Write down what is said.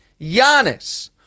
Giannis